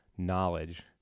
knowledge